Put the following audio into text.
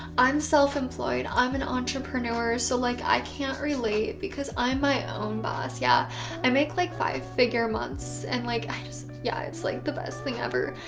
i'm self-employed, i'm an entrepreneur. so like i can't relate because i'm my own boss. yeah i make like five figure months and like i just yeah it's like the best thing ever.